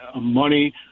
money